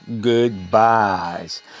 Goodbyes